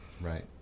Right